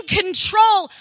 control